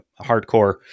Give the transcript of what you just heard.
hardcore